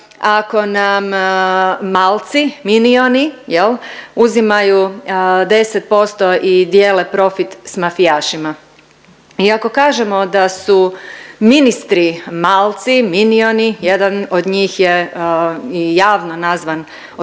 ako nam Malci, Minioni jel' uzimaju 10% i dijele profit sa mafijašima. I ako kažemo da su ministri Malci, Minioni, jedan od njih je i javno nazvan od strane